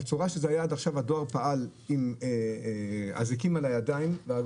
בצורה שזה היה עד עכשיו הדואר פעל עם אזיקים על הידיים ולא